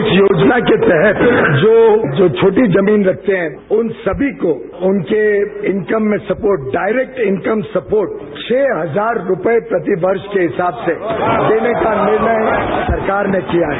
इस योजना के तहत जो छोटी जमीन रखते हैं उन सभी को उनके इनकम में स्पोट डायरेक्ट इनकम स्पोट छह हजार रुपये प्रति वर्ष के हिसाब से देने का निर्णय सरकार ने किया है